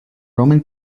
roman